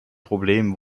problem